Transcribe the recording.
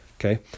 Okay